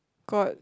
got